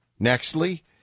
Nextly